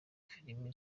filime